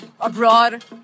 abroad